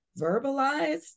verbalized